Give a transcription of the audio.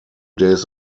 days